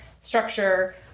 structure